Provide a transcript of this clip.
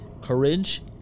courage